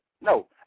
No